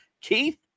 Keith